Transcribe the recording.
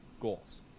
goals